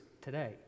today